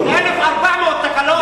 1,400 תקלות?